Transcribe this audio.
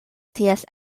ties